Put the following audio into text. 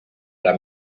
era